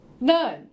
None